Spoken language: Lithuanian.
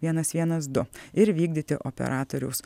vienas vienas du ir vykdyti operatoriaus